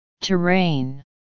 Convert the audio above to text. Terrain